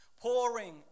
pouring